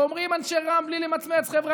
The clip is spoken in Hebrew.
ואומרים אנשי רע"מ בלי למצמץ: חבר'ה,